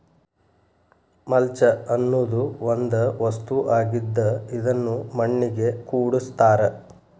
mulch ಅನ್ನುದು ಒಂದ ವಸ್ತು ಆಗಿದ್ದ ಇದನ್ನು ಮಣ್ಣಿಗೆ ಕೂಡಸ್ತಾರ